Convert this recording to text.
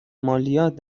مالیات